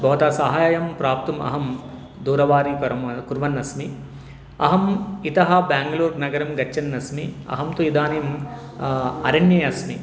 भवतां सहायं प्राप्तुम् अहं दूरवाणीं कुर्मः कुर्वन् अस्मि अहम् इतः बाङ्ग्लूर् नगरं गच्छन् अस्मि अहं तु इदानीम् अरण्ये अस्मि